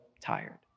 tired